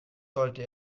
sollte